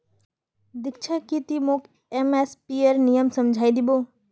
दीक्षा की ती मोक एम.एस.पीर नियम समझइ दी बो